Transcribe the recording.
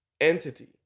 entity